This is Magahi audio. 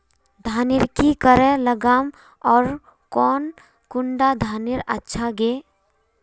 धानेर की करे लगाम ओर कौन कुंडा धानेर अच्छा गे?